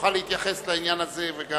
תוכל להתייחס לעניין הזה וגם